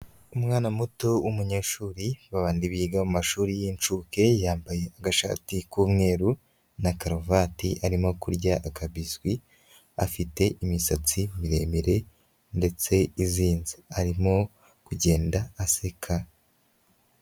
Umwana muto w'umunyeshuri ba bandi biga mu mashuri y'incuke, yambaye agashati k'umweru na karuvati, arimo kurya akabiswi, afite imisatsi miremire ndetse izinze, arimo kugenda aseka.